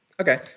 okay